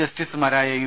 ജസ്റ്റിസുമാരായ യു